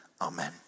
amen